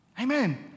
Amen